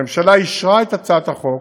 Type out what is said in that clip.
הממשלה אישרה את הצעת החוק,